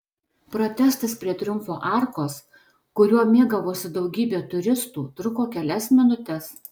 protestas prie triumfo arkos kuriuo mėgavosi daugybė turistų truko kelias minutes